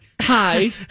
Hi